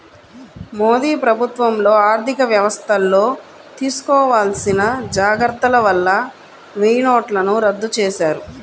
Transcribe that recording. మోదీ ప్రభుత్వంలో ఆర్ధికవ్యవస్థల్లో తీసుకోవాల్సిన జాగర్తల వల్ల వెయ్యినోట్లను రద్దు చేశారు